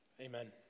Amen